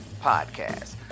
podcast